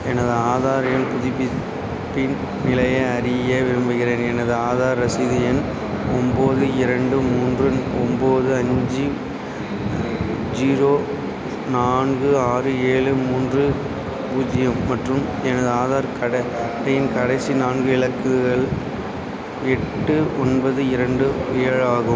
எனது ஆதார் எண் புதுப்பிப்பின் நிலையை அறிய விரும்புகிறேன் எனது ஆதார் ரசீது எண் ஒம்பது இரண்டு மூன்று ஒம்பது அஞ்சு ஜீரோ நான்கு ஆறு ஏழு மூன்று பூஜ்ஜியம் மற்றும் எனது ஆதார் கட அட்டையின் கடைசி நான்கு இலக்குகள் எட்டு ஒன்பது இரண்டு ஏழாகும்